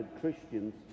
Christians